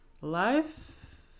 Life